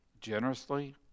generously